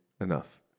enough